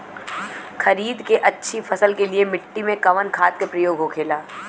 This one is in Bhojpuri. खरीद के अच्छी फसल के लिए मिट्टी में कवन खाद के प्रयोग होखेला?